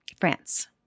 France